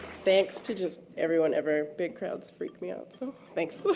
thanks to just everyone ever. big crowds freak me out, so thanks.